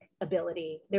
ability